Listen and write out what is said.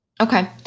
Okay